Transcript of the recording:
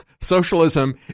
Socialism